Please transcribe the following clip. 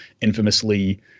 infamously